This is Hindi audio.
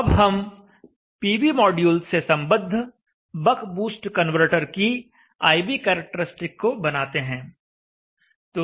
अब हम पीवी मॉड्यूल से सम्बद्ध बक बूस्ट कन्वर्टर की I V कैरेक्टरिस्टिक को बनाते हैं